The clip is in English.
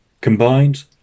combined